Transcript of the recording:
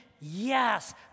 Yes